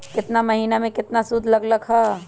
केतना महीना में कितना शुध लग लक ह?